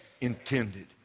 intended